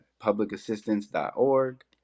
publicassistance.org